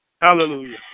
Hallelujah